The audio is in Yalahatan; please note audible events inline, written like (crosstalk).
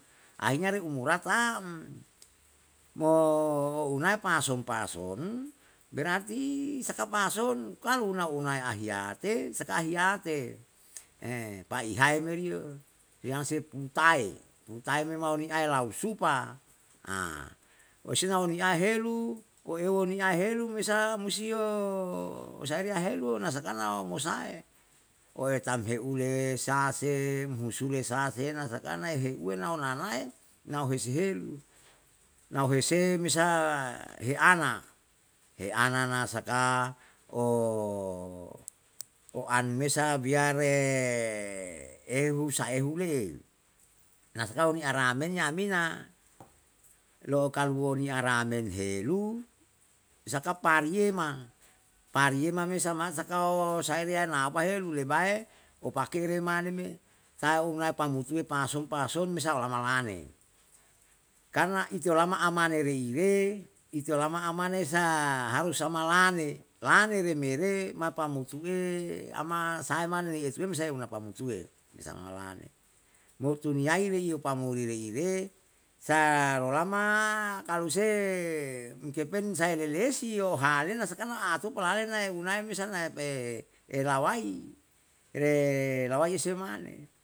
Ahinyare umura tam mo unae pason pason, berarti saka pason, kalu na unai haiyate saka ahiyate, (hesitation) pahiae me riyo. Yang se pung tai, pung tai me mau ni ae lau supa (hesitation) osena ni'a helu, woeu ni'a helu me sa musio osae riya heluo nasaka na mo sae, o'etam heule sa se, umhusule sa se, nasaka na he uwe nao na unanae nauo hesihelu, nau hese me sa he ana, he ana na saka, (hesitation) o an mesa biare (hesitation) ehu saehu le'e. Na sakao ni aramen ya'amina, lo'o kaluo niya ra'amen helu, saka pariema, pariema me sama sakao saeriya na apahelu lebae opake re mane me sae unai pamutue pason pason me sa olama lane, karna iteolama amane reire, iteolama amane sa harus amalane, lane remere, mapamutu'e ama sahae mane etuwem una pamutuwe me sama lane. Mo tuniyai re yo pamuli reire sa rolama kalu se um kepen sae le lesi yo ha'ale nasakana ato palale na unae me sa na pe, relawai, relawaai `yuse mane